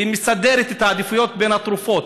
היא מסדרת את העדיפויות בין התרופות.